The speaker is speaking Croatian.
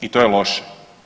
I to je loše.